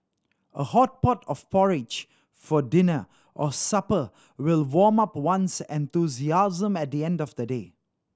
a hot pot of porridge for dinner or supper will warm up one's enthusiasm at the end of a day